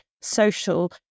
social